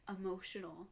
emotional